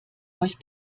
euch